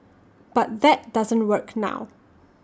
but that doesn't work now